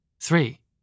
Three